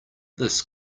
this